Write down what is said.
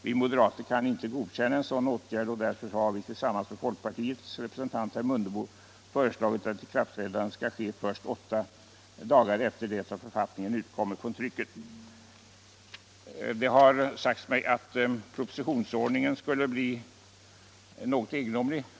Vi moderater kan emellertid inte godkänna en sådan åtgärd och därför så har vi tillsammans med folkpartiets representant herr Mundebo föreslagit att ikraftträdandet skall ske först 8 dagar efter det att författningen utkommer från trycket. Det har sagts mig att propositionsordningen skulle bli något egendomlig.